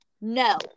No